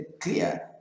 clear